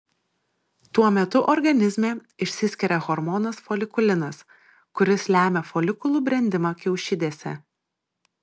tuo metu organizme išsiskiria hormonas folikulinas kuris lemia folikulų brendimą kiaušidėse